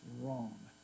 wrong